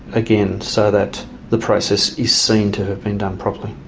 again so that the process is seem to have been done properly.